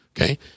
Okay